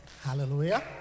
Hallelujah